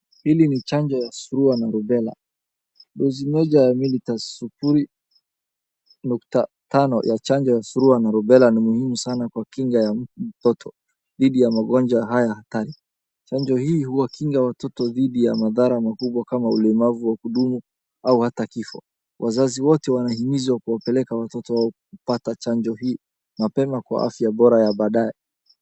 Hili ni chanjo ya surua na rubela, dozi moja na milimita sufuri nukta tano ya chanjo ya surua na rubela ni muhimu sana kwa kinga ya mtoto dhidi ya magonjwa haya hatari. Chanjo hii huwakinga watoto dhidi ya madhara makubwa kama ulemavu wa kudumu au hata kifo. Wazazi wote wanahimizwa kuwapeleka watoto wao kupata chanjo hii mapema kwa afya bora ya badaye.